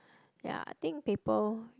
ya I think paper